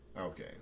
Okay